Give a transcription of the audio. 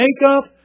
makeup